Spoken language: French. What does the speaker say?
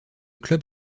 club